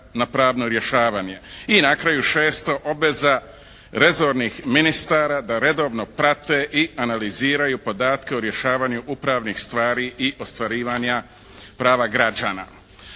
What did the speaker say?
na pravno rješavanje. I na kraju šesto, obveza resornih ministara da redovno prate i analiziraju podatke o rješavanju upravnih stvari i ostvarivanja prava građana.